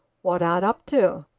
what art up to?